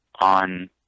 on